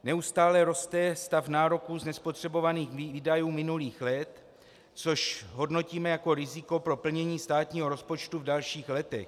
Neustále roste stav nároků z nespotřebovaných výdajů minulých let, což hodnotíme jako riziko pro plnění státního rozpočtu v dalších letech.